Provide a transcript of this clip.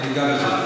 אני אגע בזה.